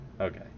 Okay